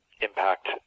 impact